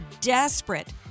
desperate